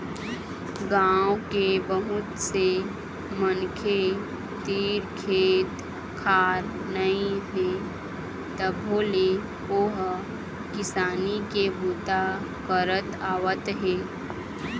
गाँव के बहुत से मनखे तीर खेत खार नइ हे तभो ले ओ ह किसानी के बूता करत आवत हे